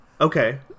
Okay